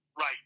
Right